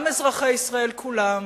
גם אזרחי ישראל כולם